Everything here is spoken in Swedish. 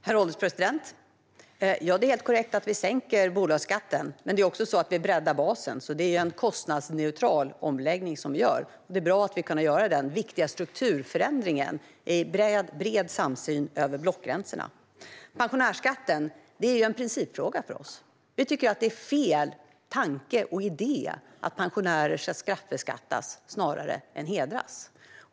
Herr ålderspresident! Det är helt korrekt att vi sänker bolagsskatten. Samtidigt breddar vi basen. Vi gör alltså en kostnadsneutral omläggning. Det är bra att kunna göra en sådan viktig strukturförändring i bred samsyn över blockgränserna. Pensionärsskatten är en principfråga för oss. Vi tycker att tanken och idén är fel att pensionärer snarare straffbeskattas än hedras.